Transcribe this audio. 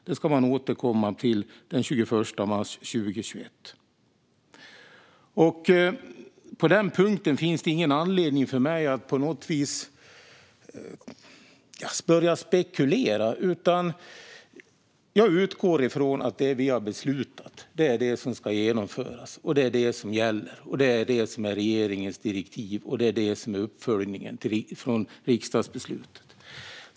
Det ska man återkomma med den 21 mars 2021. På den punkten finns det ingen anledning för mig att på något sätt börja spekulera. Jag utgår från att det vi har beslutat är det som ska genomföras. Det är det som gäller. Det är det som är regeringens direktiv, och det är det som är uppföljningen av riksdagsbeslutet.